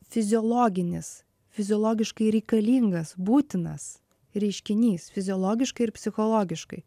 fiziologinis fiziologiškai reikalingas būtinas reiškinys fiziologiškai ir psichologiškai